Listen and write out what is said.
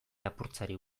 lapurtzeari